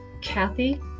Kathy